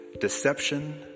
Deception